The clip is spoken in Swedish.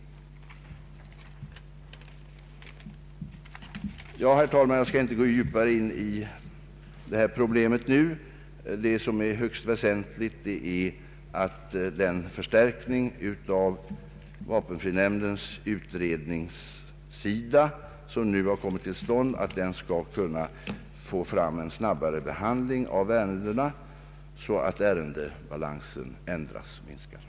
Jag skall, herr talman, inte gå djupare in på detta problem nu. Vad som är högst väsentligt är att den förstärkning av vapenfrinämnden, främst på utredningssidan, som nu har kommit till stånd skall kunna få fram en snabbare behandling av ärendena så att en bättre balans erhålles.